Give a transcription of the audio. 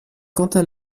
quentin